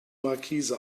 markise